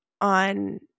on